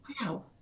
wow